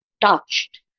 touched